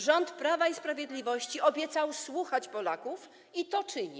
Rząd Prawa i Sprawiedliwości obiecał słuchać Polaków i to czyni.